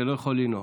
שלא יכול לנאום.